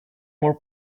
more